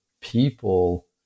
people